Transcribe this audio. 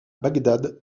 bagdad